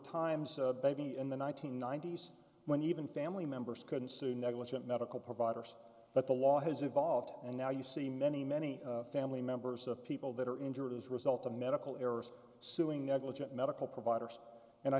times of baby in the one nine hundred ninety s when even family members couldn't sue negligent medical providers but the law has evolved and now you see many many family members of people that are injured as a result of medical errors suing negligent medical providers and i